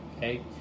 okay